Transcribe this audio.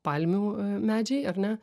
palmių medžiai ar ne